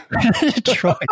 Troy